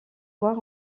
voir